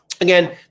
Again